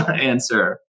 answer